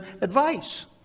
advice